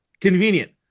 convenient